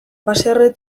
baserri